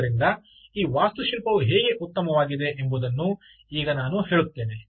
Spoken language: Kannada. ಆದ್ದರಿಂದ ಈ ವಾಸ್ತುಶಿಲ್ಪವು ಹೇಗೆ ಉತ್ತಮವಾಗಿದೆ ಎಂಬುದನ್ನು ಈಗ ನಾನು ಹೇಳುತ್ತೇನೆ